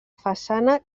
façana